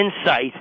insight